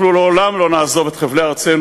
אנחנו לעולם לא נעזוב את חבלי ארצנו,